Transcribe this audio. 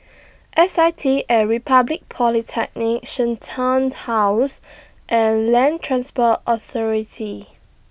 S I T At Republic Polytechnic Shenton House and Land Transport Authority